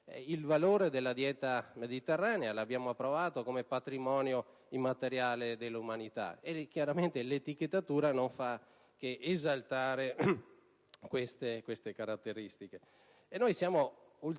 il valore della dieta mediterranea, che abbiamo approvato come patrimonio immateriale dell'umanità. Chiaramente l'etichettatura non fa che esaltare le caratteristiche di cui ho finora